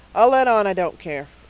i'll let on i don't care.